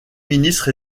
ministre